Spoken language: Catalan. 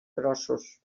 grossos